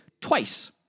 twice